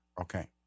Okay